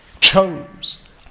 chose